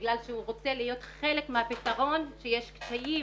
בגלל שהוא רוצה להיות חלק מהפתרון כי יש קשיים